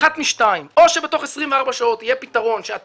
אחת משתיים: או שבתוך 24 שעות אתם